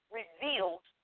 revealed